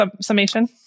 summation